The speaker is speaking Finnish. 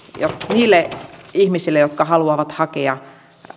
niille ihmisille jotka haluavat hakea